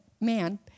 man